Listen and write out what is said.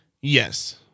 Yes